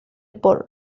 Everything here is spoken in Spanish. por